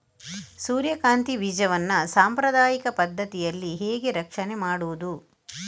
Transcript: ಸೂರ್ಯಕಾಂತಿ ಬೀಜವನ್ನ ಸಾಂಪ್ರದಾಯಿಕ ಪದ್ಧತಿಯಲ್ಲಿ ಹೇಗೆ ರಕ್ಷಣೆ ಮಾಡುವುದು